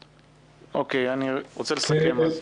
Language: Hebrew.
אוקיי, אני רוצה לסכם אז.